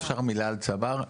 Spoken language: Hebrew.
אפשר מילה על צבר?